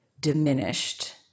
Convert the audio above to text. diminished